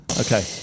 Okay